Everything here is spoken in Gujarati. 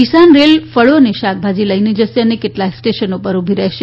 કિસાન રેલ ફળો અને શાકભાજી લઈ જશે અને કેટલાક સ્ટેશનો પર ઊભી રહેશે